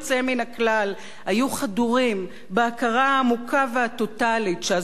היו חדורים בהכרה העמוקה והטוטלית שהזוועה הזאת של